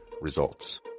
results